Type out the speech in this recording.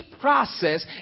process